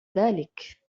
ذلك